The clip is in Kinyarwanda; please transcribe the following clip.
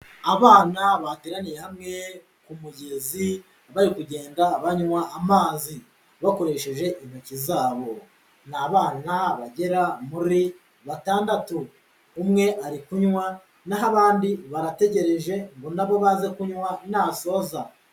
Abana bateraniye hamwe ku mugezi bari kugenda banywa amazi, bakoresheje intoki zabo, ni abana bagera muri batandatu, umwe ari kunywa na ho abandi barategereje ngo nabo baze kunywa nasoza.